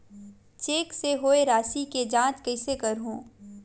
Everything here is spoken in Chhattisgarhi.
चेक से होए राशि के जांच कइसे करहु?